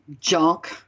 junk